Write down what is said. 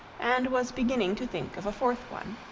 and was beginning to think of a fourth one.